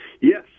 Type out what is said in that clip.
Yes